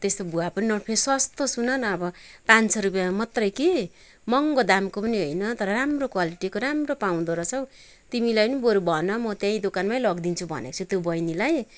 त्यस्तो भुवा पनि नउठने सस्तो सुन न अब पाँच सय रुपियाँमा मात्रै कि मँहगो दामको पनि होइन तर राम्रो क्वालिटीको राम्रो पाउँदो रहेछ हौ तिमीलाई पनि बरु भन म त्यहीँ दोकानमै लगिदिन्छु भनेको छु त्यो बहिनीलाई